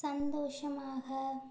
சந்தோஷமாக